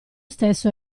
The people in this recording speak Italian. stesso